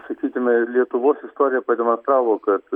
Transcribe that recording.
sakykime ir lietuvos istorija pademonstravo kad